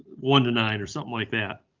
one to nine. or something like that.